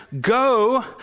go